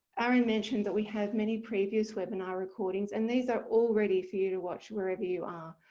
aaron mentioned that we have many previous webinar recordings and these are all ready for you to watch wherever you are.